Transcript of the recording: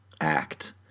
act